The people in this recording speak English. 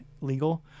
legal